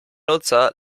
nutzer